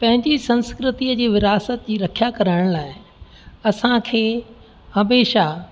पंहिंजी संस्कृतीअ जी विरासत जी रखिया करण लाइ असां खे हमेशह